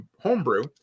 homebrew